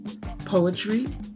poetry